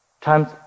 Times